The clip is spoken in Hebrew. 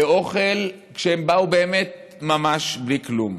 לאוכל, כשהם באו באמת ממש בלי כלום.